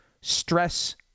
stress